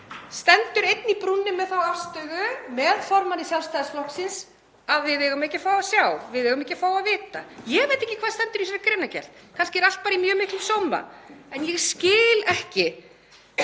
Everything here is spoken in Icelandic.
stendur einn í brúnni með þá afstöðu með formanni Sjálfstæðisflokksins að við eigum ekki að fá að sjá. Við eigum ekki að fá að vita. Ég veit ekki hvað stendur í þessari greinargerð. Kannski er allt í mjög miklum sóma. En ég skil ekki